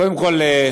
קודם כול,